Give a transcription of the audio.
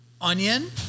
onion